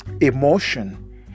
emotion